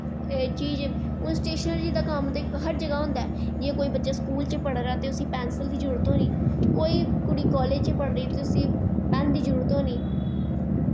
चीज़ उस स्टेशनरी दा कम्म ते हर जगा होंदा ऐ जियां कोई बच्चा स्कूल च पढ़ा दा ते उसी पैंसल दी जरूरत होनी कोई कुड़ी कालेज़ च पढ़ा दी ते उसी पैन दी जरूरत होनी